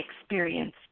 experience